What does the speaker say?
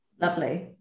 lovely